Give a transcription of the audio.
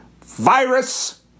virus